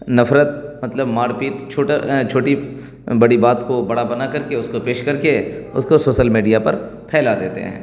نفرت مطلب مار پیٹ چھوٹی بڑی بات کو بڑا بنا کر کے اس کو پیش کر کے اس کو سوسل میڈیا پر پھیلا دیتے ہیں